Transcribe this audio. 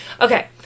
Okay